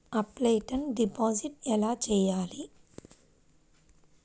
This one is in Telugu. ఆఫ్లైన్ డిపాజిట్ ఎలా చేయాలి?